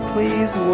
Please